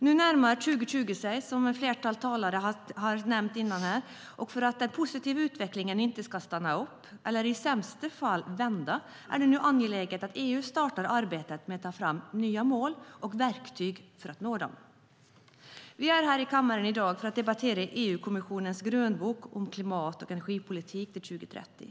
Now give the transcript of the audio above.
Nu närmar 2020 sig, som flera talare har nämnt här tidigare, och för att den positiva utvecklingen inte ska stanna upp, eller i sämsta fall vända, är det nu angeläget att EU startar arbetet med att ta fram nya mål och verktyg för att nå dem. Vi är här i kammaren i dag för att debattera EU-kommissionens grönbok om klimat och energipolitiken till 2030.